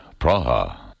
Praha